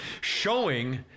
showing